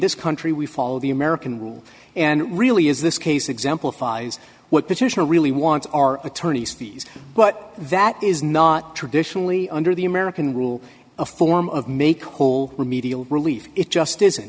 this country we follow the american rule and it really is this case exemplifies what positional really wants are attorneys fees but that is not traditionally under the american rule a form of make hole remedial relief it just isn't